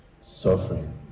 suffering